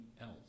else